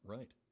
Right